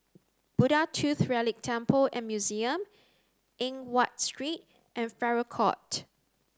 Buddha Tooth Relic Temple and Museum Eng Watt Street and Farrer Court